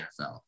NFL